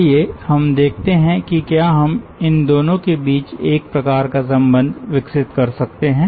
आइए हम देखते है कि क्या हम इन दोनों के बीच एक प्रकार का संबंध विकसित कर सकते हैं